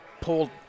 pulled